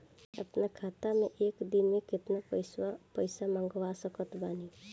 अपना खाता मे एक दिन मे केतना पईसा मँगवा सकत बानी?